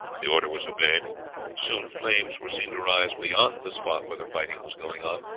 the order was obeyed soon flames were seen to rise beyond the spot where the fighting was going on,